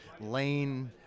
lane